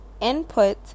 input